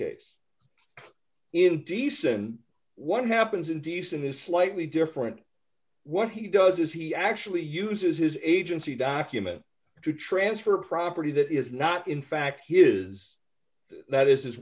case in peace and what happens indecent is slightly different what he does is he actually uses his agency document to transfer property that is not in fact his that is his